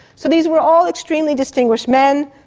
so these were all extremely distinguished men,